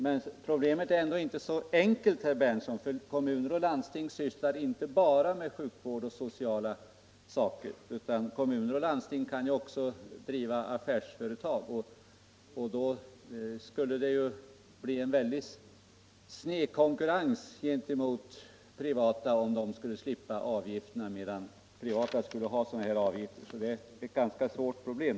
Men problemet är ändå inte så enkelt, herr Berndtson, ty kommuner och landsting sysslar inte bara med sjukvård och sociala frågor utan driver ibland också affärsföretag. Och då skulle det bli en väldigt sned konkurrens gentemot de privata, om kommuner och landsting skulle slippa betala, medan de privata skulle erlägga sådana avgifter. Det där är ett ganska svårt problem.